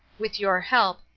with your help,